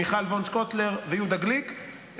מיכל וונש-קוטלר ויהודה גליק,